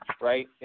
right